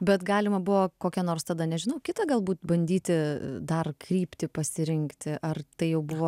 bet galima buvo kokia nors tada nežinau kitą galbūt bandyti dar kryptį pasirinkti ar tai jau buvo